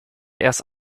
erst